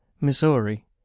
Missouri